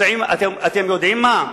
אתם יודעים מה?